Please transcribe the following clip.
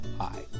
Hi